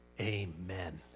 Amen